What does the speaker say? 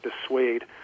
dissuade